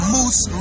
Moose